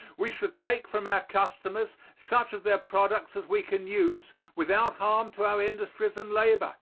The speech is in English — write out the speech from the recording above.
we should take from our customers such of their products as we can use without harm to our industries and labor.